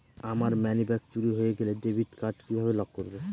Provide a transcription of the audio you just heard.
আমার মানিব্যাগ চুরি হয়ে গেলে ডেবিট কার্ড কিভাবে লক করব?